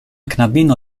knabino